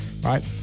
right